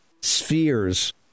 Spheres